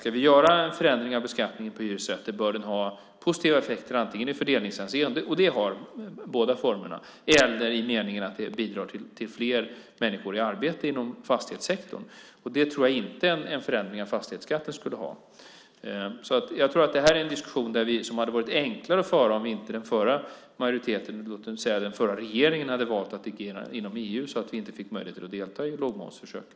Ska vi göra en förändring av beskattningen på hyresrätter bör den ha positiva effekter antingen i fördelningshänseende - och det har båda formerna - eller i den meningen att det bidrar till fler människor i arbete inom fastighetssektorn. Det tror jag inte att en förändring av fastighetsskatten skulle ha. Det här är en diskussion som hade varit enklare att föra om inte den förra majoriteten, det vill säga den förra regeringen, hade valt att agera inom EU så att vi inte får möjligheter att delta i lågmomsförsöket.